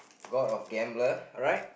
god of gambler alright